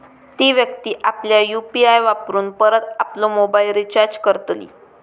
ती व्यक्ती आपल्या यु.पी.आय वापरून परत आपलो मोबाईल रिचार्ज करतली